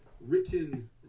written